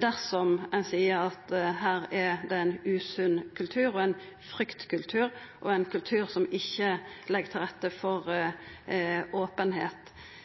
dersom ein seier at her er det ein usunn kultur, ein fryktkultur og ein kultur som ikkje legg til rette for